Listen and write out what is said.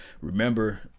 Remember